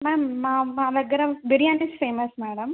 ma'am మా మా దగ్గర బిర్యానీ ఫేమస్ మేడం